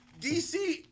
DC